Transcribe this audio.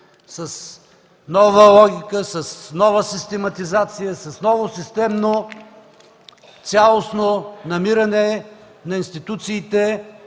с нова логика, с нова систематизация, с ново системно, цялостно намиране на институциите,